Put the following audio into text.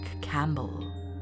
Campbell